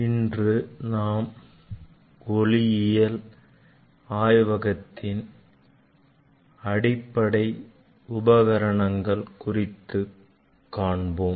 இன்று நாம் ஒளியியல் ஆய்வகத்தின் அடிப்படை உபகரணங்கள் குறித்து காண்போம்